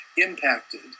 impacted